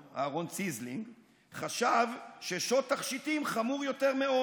אני חושב ששווה לך לקיים על זה